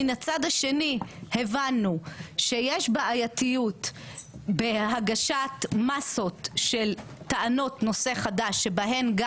מן הצד השני הבנו שיש בעייתיות בהגשת מסות של טענות נושא חדש שבהן גם